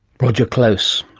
roger close.